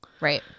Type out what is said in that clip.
Right